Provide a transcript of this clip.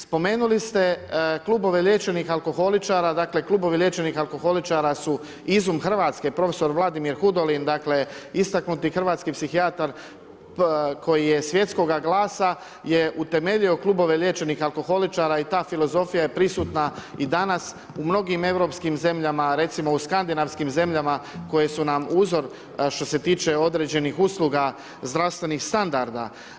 Spomenuli ste klubove liječenih alkoholičara, dakle klubovi liječenih alkoholičara su izum Hrvatske, prof. Vladimir Hudolin, dakle istaknuti hrvatski psihijatar koji je svjetskoga glasa je utemeljio klubove liječenih alkoholičara i ta filozofija je prisutna i danas u mnogim europskim zemljama, recimo u Skandinavskim zemljama koje su nam uzor što se tiče određenih usluga zdravstvenih standarda.